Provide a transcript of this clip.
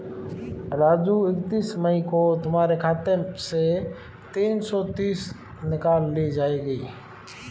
राजू इकतीस मई को तुम्हारे खाते से तीन सौ तीस निकाल ली जाएगी